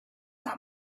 not